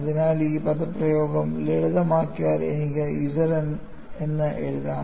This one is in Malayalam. അതിനാൽ ഈ പദപ്രയോഗം ലളിതം ആക്കിയാൽ എനിക്ക് Z എന്ന് എഴുതാം